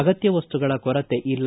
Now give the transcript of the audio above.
ಅಗತ್ಯ ವಸ್ತುಗಳ ಕೊರತೆ ಇಲ್ಲ